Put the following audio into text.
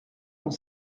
pont